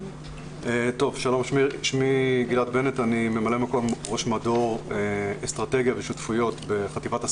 אני ממלא מקום ראש מדור אסטרטגיה ושותפויות בחטיבת הסייבר,